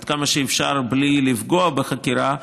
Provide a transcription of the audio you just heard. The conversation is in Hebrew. עד כמה שאפשר בלי לפגוע בחקירה,